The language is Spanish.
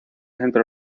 centro